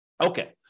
Okay